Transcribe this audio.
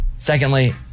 Secondly